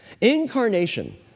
Incarnation